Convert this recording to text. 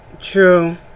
True